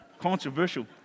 Controversial